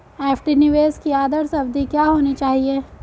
FD निवेश की आदर्श अवधि क्या होनी चाहिए?